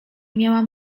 miałam